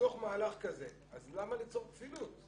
בתוך מהלך כזה, אז למה ליצור כפילות?